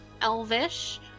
elvish